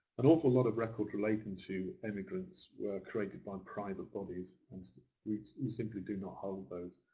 an awful lot of records relating to immigrants were created by private bodies and we simply do not hold those.